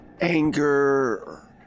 anger